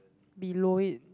below it